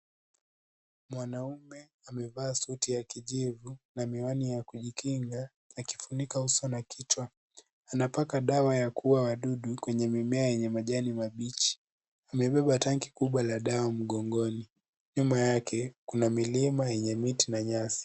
Mwanaume amevaa suti ya kijivu na miwani ya kujikinga akifunika uso na kichwa. Anapaka dawa ya kuua wadudu kwenye mimea yenye majani mabichi. Amebeba tanki kubwa la dawa mgongoni. Nyuma yake kuna milima yenye miti na nyasi.